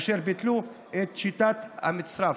אשר ביטלו את שיטת המצרף.